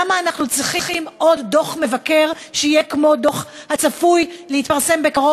למה אנחנו צריכים עוד דוח מבקר שיהיה כמו הדוח הצפוי בקרוב,